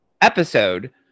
episode